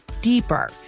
deeper